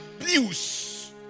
abuse